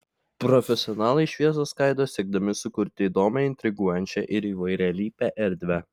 profesionalai šviesą skaido siekdami sukurti įdomią intriguojančią ir įvairialypę erdvę